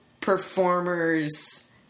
Performers